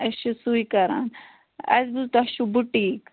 أسۍ چھِ سُے کَران اَسہِ بوٗز تۄہہِ چھُو بُٹیٖک